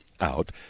out